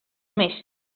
més